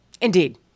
indeed